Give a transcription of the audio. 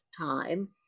Time